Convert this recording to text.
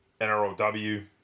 NRLW